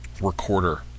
recorder